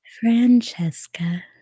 Francesca